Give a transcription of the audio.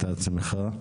עצמך.